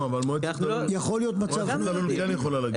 מועצת הלול כן יכולה להגיד.